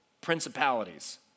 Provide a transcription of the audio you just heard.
principalities